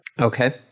Okay